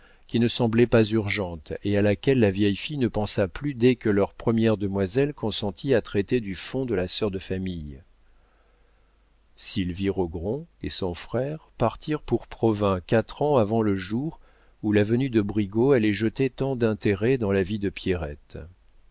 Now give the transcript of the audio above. qui ne semblait pas urgente et à laquelle la vieille fille ne pensa plus dès que leur première demoiselle consentit à traiter du fonds de la sœur de famille sylvie rogron et son frère partirent pour provins quatre ans avant le jour où la venue de brigaut allait jeter tant d'intérêt dans la vie de pierrette